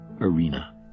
arena